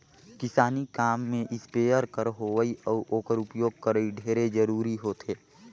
किसानी काम में इस्पेयर कर होवई अउ ओकर उपियोग करई ढेरे जरूरी होथे